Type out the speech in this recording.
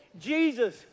Jesus